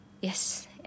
Yes